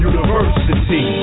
University